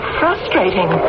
frustrating